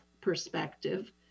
perspective